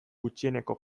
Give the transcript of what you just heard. gutxieneko